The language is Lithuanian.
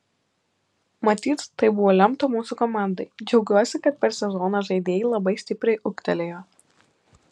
matyt taip buvo lemta mūsų komandai džiaugiuosi kad per sezoną žaidėjai labai stipriai ūgtelėjo